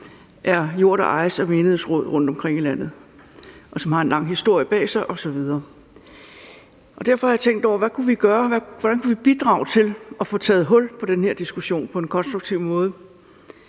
er jord, der ejes af menighedsråd rundtomkring i landet, og som har en lang historie bag sig osv. Derfor har jeg tænkt over, hvad vi kunne gøre, og hvordan vi kunne bidrage til at få taget hul på den her diskussion på en konstruktiv måde.